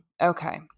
Okay